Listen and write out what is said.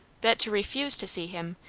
that to refuse to see him,